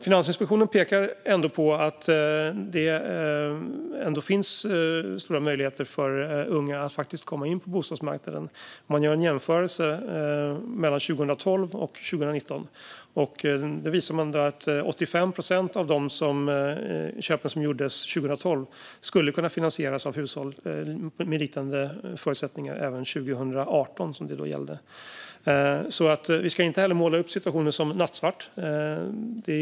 Finansinspektionen pekar på att det ändå finns stora möjligheter för unga att faktiskt komma in på bostadsmarknaden. Man gör en jämförelse mellan 2012 och 2018 som visar att 85 procent av de köp som gjordes 2012 skulle kunna finansieras av hushåll med liknande förutsättningar även 2018. Vi ska inte måla upp situationen som nattsvart.